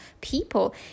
people